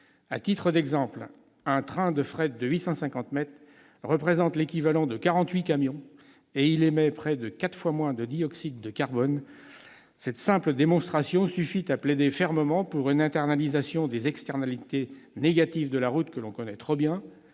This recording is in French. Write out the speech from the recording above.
À titre d'exemple, un train de fret de 850 mètres représente l'équivalent de 48 camions et émet près de quatre fois moins de dioxyde de carbone. Cette simple démonstration suffit à plaider fermement pour une internalisation des externalités négatives de la route, que l'on connaît trop bien